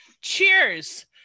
cheers